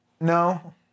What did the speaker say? no